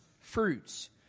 fruits